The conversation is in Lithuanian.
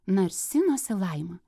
narsinosi laima